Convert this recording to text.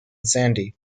sandy